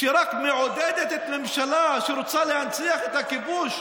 שרק מעודדת את הממשלה שרוצה להנציח את הכיבוש?